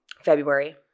February